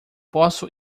posso